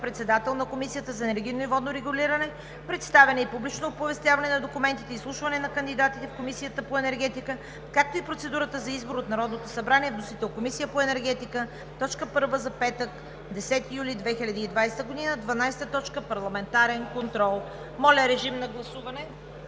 председател на Комисията за енергийно и водно регулиране, представяне и публично оповестяване на документите и изслушване на кандидатите в Комисията по енергетика, както и процедурата за избор от Народното събрание. Вносител е Комисията по енергетика – точка първа за петък, 10 юли 2020 г. 12. Парламентарен контрол.“ Моля, гласувайте